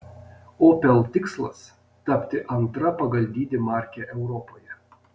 opel tikslas tapti antra pagal dydį marke europoje